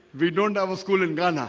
we don't have a school in ghana